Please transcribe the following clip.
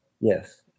Yes